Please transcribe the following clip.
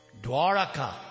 Dwaraka